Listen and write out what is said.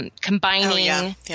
Combining